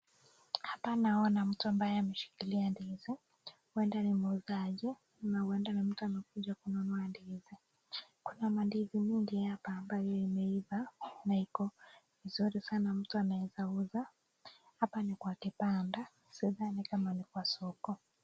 Hapa naona mtu ambaye ameshikilia ndizi, huenda ni muuzaji ama huenda ni mtu amekuja kununua ndizi. Kuna mandizi mingi hapa ambayo imeiva na iko mzuri sana mtu anaweza uza. Hapa ni kwa kibanda, sidhani kama ni kwa soko.